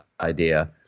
idea